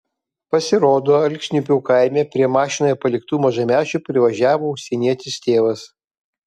pasirodo alksniupių kaime prie mašinoje paliktų mažamečių privažiavo užsienietis tėvas